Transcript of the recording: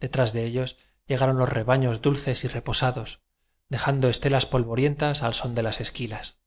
detrás de ellos llegaron los rebaños dulces y reposados dejando estelas polvorientas al son de las esquilas